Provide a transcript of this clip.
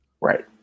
Right